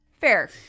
Fair